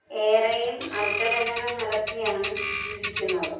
ഏറെയും മത്സ്യബന്ധനം നടത്തിയാണ് ജീവിക്കുന്നത്